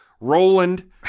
Roland